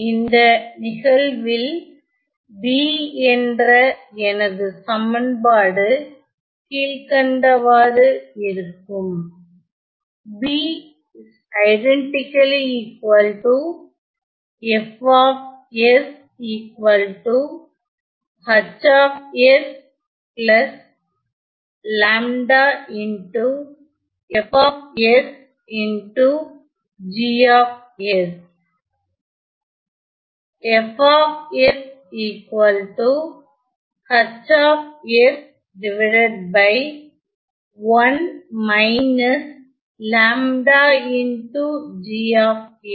இந்த நிகழ்வில் B என்ற எனது சமன்பாடு கீழ்கண்டவாறு இருக்கும்